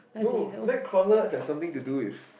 no Nightcrawler has something to do with